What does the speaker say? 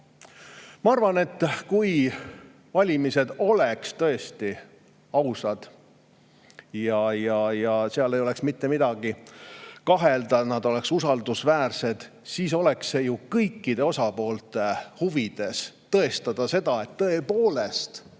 Ma arvan, et kui valimised oleks tõesti ausad ja seal ei oleks mitte milleski kahelda, kui nad oleksid usaldusväärsed, siis oleks ju kõikide osapoolte huvides tõestada, et need on tõepoolest